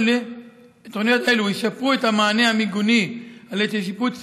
תוכניות אלו ישפרו את המענה המיגוני על ידי שיפוץ